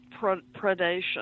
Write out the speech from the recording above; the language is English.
predation